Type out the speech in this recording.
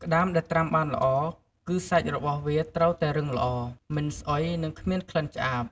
ក្តាមដែលត្រាំបានល្អ គឺសាច់របស់វាត្រូវតែរឹងល្អ មិនស្អុយ និងគ្មានក្លិនឆ្អាប។